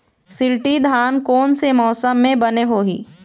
शिल्टी धान कोन से मौसम मे बने होही?